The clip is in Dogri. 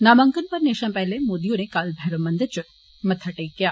नामांकन भरने शां पैहले मोदी होरें काल भैरव मंदर इच मत्था टेकेआ